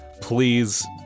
please